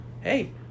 hey